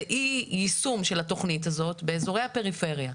זה אי יישום של התכנית הזאת באזורי הפריפריה.